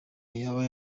yaba